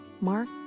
Mark